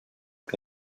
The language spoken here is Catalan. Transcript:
que